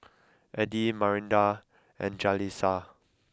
Addie Marinda and Jaleesa